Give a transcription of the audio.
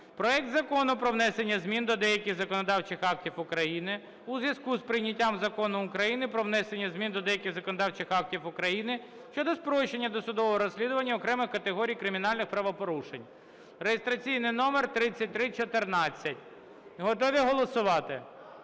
проект Закону про внесення змін до деяких законодавчих актів України у зв'язку з прийняттям Закону України "Про внесення змін до деяких законодавчих актів України щодо спрощення досудового розслідування окремих категорій кримінальних правопорушень" (реєстраційний номер 3314). Готові голосувати?